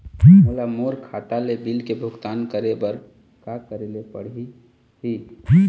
मोला मोर खाता ले बिल के भुगतान करे बर का करेले पड़ही ही?